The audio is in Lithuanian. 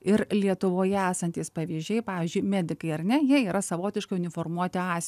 ir lietuvoje esantys pavyzdžiai pavyzdžiui medikai ar ne jie yra savotiškai uniformuoti as